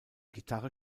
gitarre